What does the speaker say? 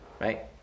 right